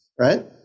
right